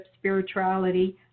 spirituality